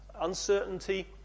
uncertainty